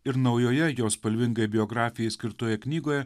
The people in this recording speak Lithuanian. ir naujoje jo spalvingai biografijai skirtoje knygoje